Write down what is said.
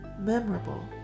memorable